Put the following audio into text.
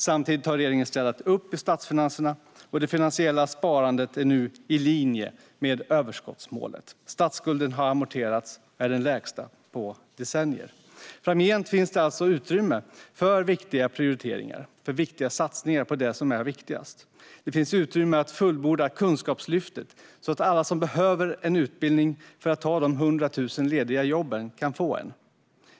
Samtidigt har regeringen städat upp i statsfinanserna, och det finansiella sparandet är nu i linje med överskottsmålet. Statsskulden har amorterats och är den lägsta på decennier. Framgent finns alltså utrymme för viktiga prioriteringar och satsningar på det som är viktigast. Det finns utrymme att fullborda Kunskapslyftet så att alla som behöver kan utbilda sig för att ta ett av de 100 000 lediga jobben.